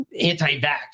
anti-vax